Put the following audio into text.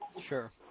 Sure